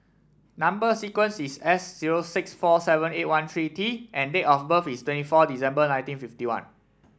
number sequence is S zero six four seven eight thirteen T and date of birth is twenty four December nineteen fifty one